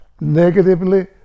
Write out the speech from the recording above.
negatively